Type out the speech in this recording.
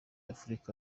afurika